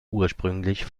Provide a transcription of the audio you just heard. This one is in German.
ursprünglich